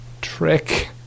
trick